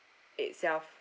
itself